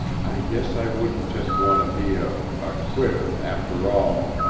i guess i wouldn't just want to be a a quitter, after all.